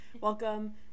Welcome